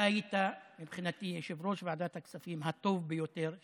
אתה היית מבחינתי יושב-ראש ועדת הכספים הטוב ביותר שהיה,